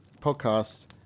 podcast